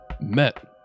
met